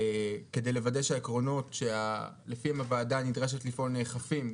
כדי לוודא שהעקרונות שלפיהן הוועדה נדרשת לפעול נאכפים.